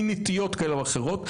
מנטיות כאלה ואחרות.